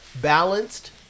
balanced